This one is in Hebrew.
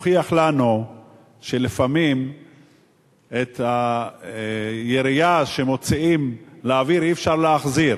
הוכיח לנו שלפעמים את הירייה שמוציאים לאוויר אי-אפשר להחזיר.